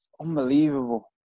Unbelievable